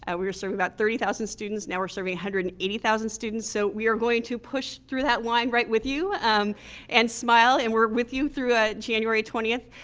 and we were serving about thirty thousand students. now we're serving one hundred and eighty thousand students, so we are going to push through that line right with you and smile, and we're with you through ah january twentieth,